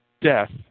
death